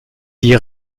die